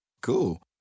Cool